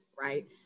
right